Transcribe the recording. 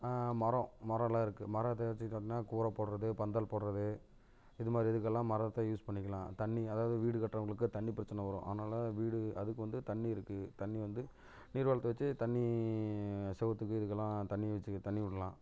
மரம் மரலாம் இருக்கு மரம் ஏதாச்சு கூற போடுறது பந்தல் போடுறது இது மாதிரி இதற்கெல்லாம் மரத்தை யூஸ் பண்ணிக்கலாம் தண்ணி அதாவது வீடு கட்டுறவங்களுக்கு தண்ணி பிரச்சனை வரும் அதனால வீடு அதற்கு வந்து தண்ணி இருக்கு தண்ணி வந்து நீர் வளத்தை வச்சு தண்ணி செவுத்துக்கு இதற்கெல்லாம் தண்ணி வச்சுக்கு தண்ணி விடுலாம்